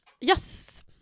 Yes